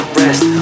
rest